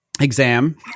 exam